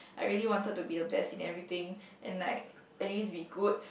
I really wanted to be the best in everything and like at least be good